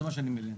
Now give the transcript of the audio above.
זה מה שאני אומר.